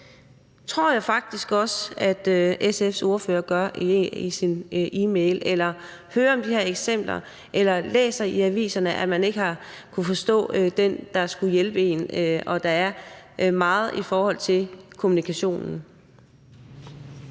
det tror jeg faktisk også at SF's ordfører gør i sine e-mail – eller læser i aviserne, at man ikke har kunnet forstå den, der skulle hjælpe en, og at der er meget i forhold til kommunikationen.